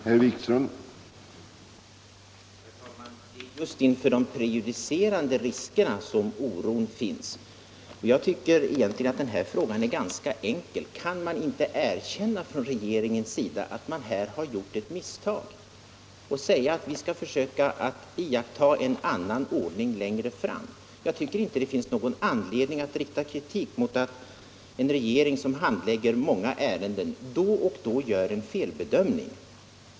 Herr talman! Det är just inför de prejudicerande riskerna som oron finns. Jag tycker egentligen att denna fråga är ganska enkel. Kan inte regeringen erkänna att man har gjort ett misstag och säga, att man skall försöka iaktta en annan ordning längre fram? Jag tycker inte att det finns någon anledning att rikta kritik mot att en regering, som handlägger många ärenden, då och då gör en felbedömning.